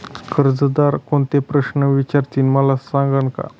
कर्जदार कोणते प्रश्न विचारतील, मला सांगाल का?